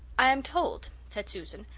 i am told, said susan,